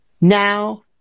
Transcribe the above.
now